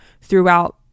throughout